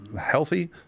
healthy